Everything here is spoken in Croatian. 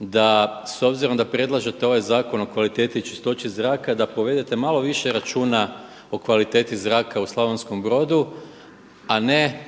da s obzirom da predlažete ovaj zakon o kvaliteti i čistoći zraka da povedete malo više računa o kvaliteti zraka u Slavonskom Brodu, a ne